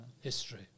history